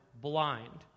blind